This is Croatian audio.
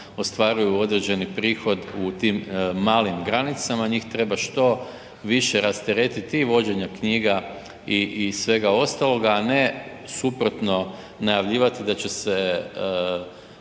ostvaruju određeni prihod u tim malim granicama, njih treba što više rasteretiti i vođenja knjiga i svega ostaloga, a ne suprotno najavljivati da će se